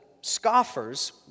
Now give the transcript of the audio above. scoffers